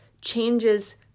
changes